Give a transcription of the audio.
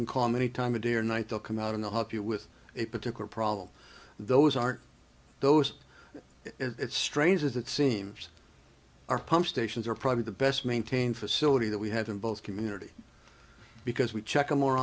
can call many times a day or night they'll come out in the help you with a particular problem those aren't those it's strange as it seems our pump stations are probably the best maintained facility that we have in both community because we check in more